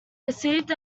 received